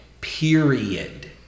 Period